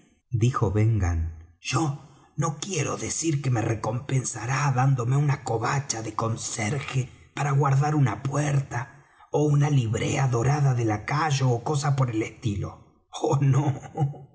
dijo ben gunn yo no quiero decir que me recompensará dándome una covacha de conserje para guardar una puerta ó una librea dorada de lacayo ó cosa por el estilo oh no